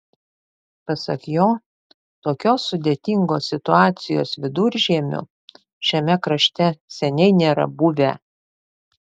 pasak jo tokios sudėtingos situacijos viduržiemiu šiame krašte seniai nėra buvę